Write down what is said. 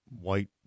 white